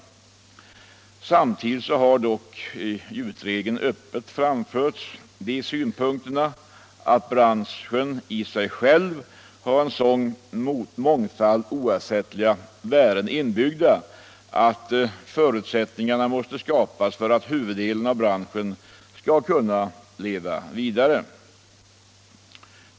Samtidigt har dock i utredningen öppet framförts synpunkten att branschen i sig själv har en sådan mångfald oersättliga värden inbyggda att förutsättningar måste skapas för att huvuddelen av branschen skall kunna leva vidare.